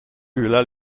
hurla